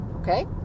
okay